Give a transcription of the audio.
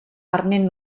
arnyn